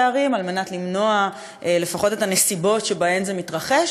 ערים על מנת למנוע לפחות את הנסיבות שבהן זה מתרחש.